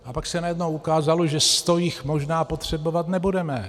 A pak se najednou ukázalo, že 100 jich možná potřebovat nebudeme.